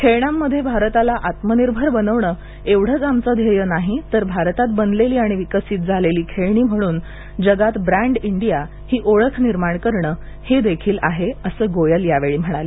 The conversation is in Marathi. खेळण्यांमध्ये भारताला आत्मनिर्भर बनवणे एवढेच आमचे ध्येय नाही तर भारतात बनलेली आणि विकसित खेळणी म्हणून जगात ब्रँड इंडिया ही ओळख निर्माण करणे हे देखील आहे असं गोयल यावेळी म्हणाले